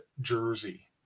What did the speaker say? Jersey